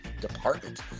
Department